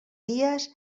dies